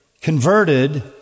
converted